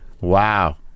Wow